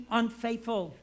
unfaithful